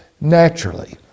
naturally